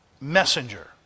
messenger